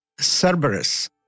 Cerberus